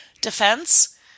defense